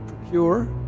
procure